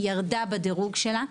ירדה בדירוג שלה.